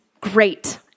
great